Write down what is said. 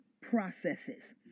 processes